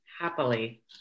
Happily